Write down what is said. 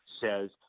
says